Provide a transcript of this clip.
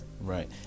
Right